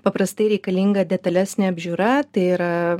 paprastai reikalinga detalesnė apžiūra tai yra